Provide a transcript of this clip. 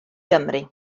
gymru